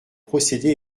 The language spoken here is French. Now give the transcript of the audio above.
procédés